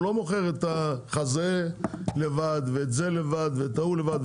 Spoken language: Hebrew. הוא לא מוכר את החזה לבד ואת זה לבד או ההוא לבד,